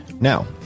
Now